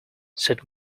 said